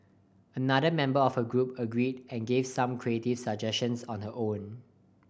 another member of her group agreed and gave some creative suggestions on her own